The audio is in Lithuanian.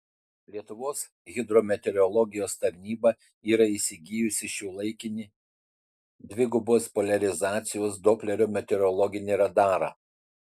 lietuvos hidrometeorologijos tarnyba yra įsigijusi šiuolaikinį dvigubos poliarizacijos doplerio meteorologinį radarą